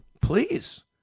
Please